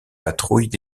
patrouille